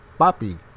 Papi